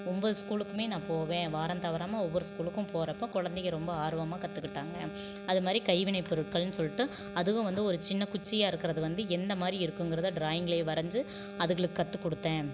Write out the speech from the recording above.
ஒன்பது ஸ்கூலுக்குமே நான் போவேன் வாரம் தவறாமல் ஒவ்வொரு ஸ்கூலுக்கும் போகிறப்போ குழந்தைகள் ரெம்ப ஆர்வமாக கற்றுக்கிட்டாங்க அது மாதிரி கைவினைப் பொருட்கள்னு சொல்லிட்டு அதுவும் வந்து ஒரு சின்ன குச்சியாக இருக்கிறது வந்து எந்த மாதிரி இருக்குங்கறதை ட்ராயிங்கில் வரைஞ்சு அதுகளுக்கு கற்று கொடுத்தேன்